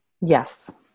Yes